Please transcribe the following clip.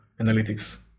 analytics